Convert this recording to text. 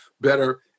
better